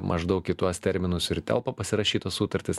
maždaug į tuos terminus ir telpa pasirašytos sutartys